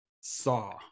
Saw